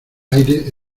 aire